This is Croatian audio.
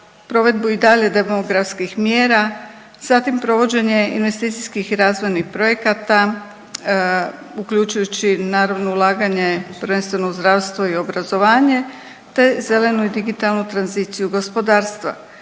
provedbu i dalje demografskih mjera, zatim provođenje investicijskih i razvojnih projekata uključujući naravno ulaganje prvenstveno u zdravstvo i obrazovanje, te zelenu i digitalnu tranziciju gospodarstva.